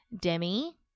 Demi